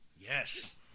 Yes